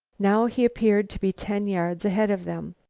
now he appeared to be ten yards ahead of them,